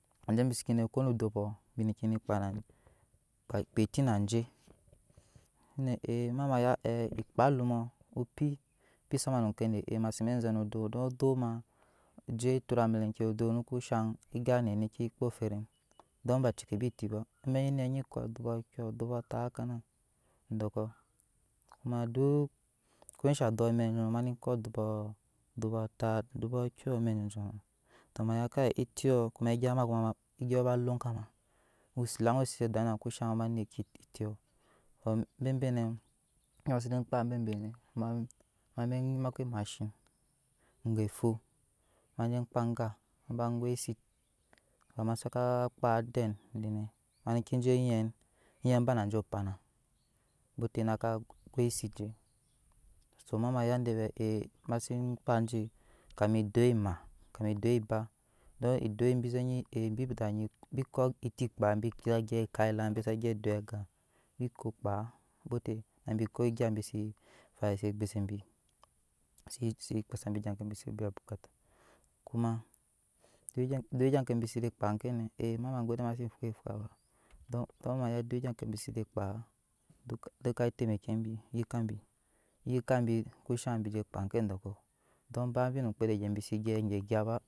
Anje bi seke koo ede odopɔ bi neke kpaa eti na je shine ma maya ekpaa alumɔ pe pa zama noke mase be zɛno odop don odop maa mu ko je tuka amelenki don nuku shaŋ egap anet ne ekpoo eferen don ba cekebi eti ba amɛk nyinɛ biko adubu kyɔɔ adubu atat hak nan dɔkɔ kuma duk ko sha dop amɛk nyinɛ mane ko adubu ata adubu akyɔɔ amɛk jonjonɔ maya kai etiɔ kuma agya kɔkonɔ kyɔɔ lanŋ kama elaŋ ose ze dami nama kushan ma neki etio bebenɛ egya ma seze kpaa bebe mabe maka emashiŋ oga foo maje kpaa anga maje goise kama zakaa kpaa dee mane keje yen yen ba na je opana bete naka goise ke to ema maya ede vɛɛ he ma zeke kpaa je kamai edoi ema kami eoi ba don edoi bi ze nyi he vɛɛ de biko eti kpaa abe za gyɛp ekam e lam abe za gyɛp edoi aga bi ko kpaa nabi ko egya bi se fai se egbuse bisese kpaa sai bi egya ke bi se biya obukata kuma duk egya kebi se biya obukata kuma duk egya kebi sa kpaa ke we ema ma gode ma sene fwa efea baa dan maya duk egy ke bise ze kpaa dukka utemekibi yik ka bi yik kabi kushaŋ bise kaa ke dɔkɔɔ don ba ddi ne omŋkoede egya bise gya ba.